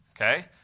okay